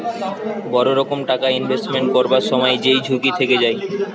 বড় রকম টাকা ইনভেস্টমেন্ট করবার সময় যেই ঝুঁকি থেকে যায়